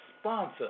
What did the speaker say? sponsor